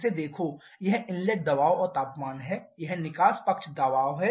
इसे देखो यह इनलेट दबाव और तापमान है यह निकास पक्ष दबाव है